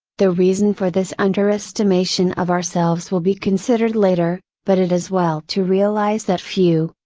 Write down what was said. the reason for this under estimation of ourselves will be considered later, but it is well to realize that few,